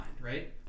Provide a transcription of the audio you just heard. right